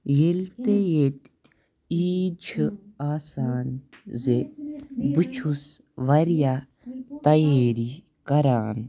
ییٚلہِ تہِ ییٚتہِ عیٖد چھِ آسان زِ بہٕ چھُس واریاہ تیٲری کَران